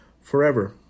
forever